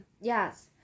yes